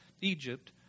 Egypt